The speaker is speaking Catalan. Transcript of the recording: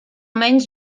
menys